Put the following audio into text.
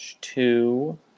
Two